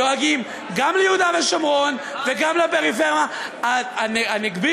דואגים גם ליהודה ושומרון וגם לפריפריה הנגבית,